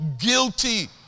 guilty